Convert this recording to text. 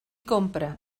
compra